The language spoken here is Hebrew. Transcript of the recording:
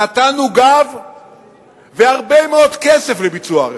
נתנו גב והרבה מאוד כסף לביצוע הרפורמה,